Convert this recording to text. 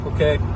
Okay